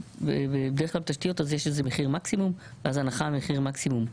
בדרך כלל בתשתיות יש מחיר מקסימום ואז ההנחה היא על מחיר מקסימום.